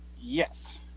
Yes